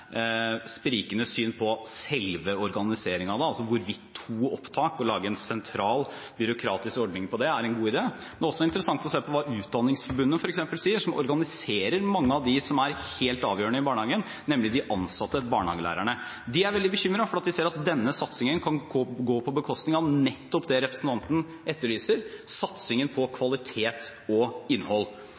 syn på selve organiseringen av det, altså hvorvidt to opptak og det å lage en sentral, byråkratisk ordning på det er en god idé. Men det er også interessant å se på hva f.eks. Utdanningsforbundet sier, som organiserer mange av dem som er helt avgjørende i barnehagen, nemlig de ansatte: barnehagelærerne. De er veldig bekymret fordi de ser at denne satsingen kan gå på bekostning av nettopp det representanten etterlyser: satsingen på kvalitet og innhold.